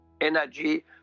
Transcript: energy